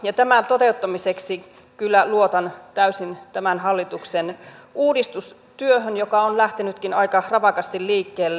ja tämän toteuttamiseksi kyllä luotan täysin tämän hallituksen uudistustyöhön joka on lähtenytkin aika napakasti liikkeelle